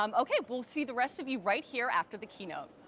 um okay, we'll see the rest of you right here after the keynote.